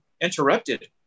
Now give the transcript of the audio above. interrupted